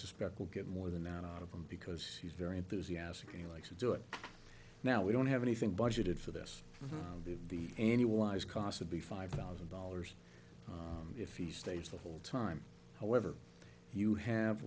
suspect we'll get more than out of him because he's very enthusiastic and he likes to do it now we don't have anything budgeted for this to be anywise cost would be five thousand dollars if he stays the whole time however you have